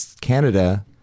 Canada